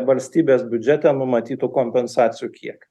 valstybės biudžete numatytų kompensacijų kiek